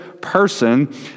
person